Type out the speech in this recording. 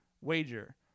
wager